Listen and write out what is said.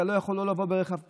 אתה לא יכול לבוא ברכב פרטי,